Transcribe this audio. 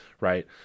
right